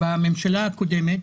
בממשלה הקודמת,